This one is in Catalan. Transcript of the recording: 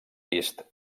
vist